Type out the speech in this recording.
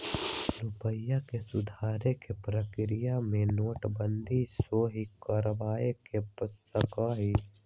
रूपइया के सुधारे कें प्रक्रिया में नोटबंदी सेहो करए के पर सकइय